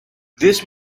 this